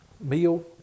meal